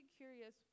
curious